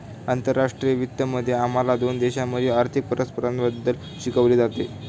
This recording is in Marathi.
आंतरराष्ट्रीय वित्त मध्ये आम्हाला दोन देशांमधील आर्थिक परस्परसंवादाबद्दल शिकवले जाते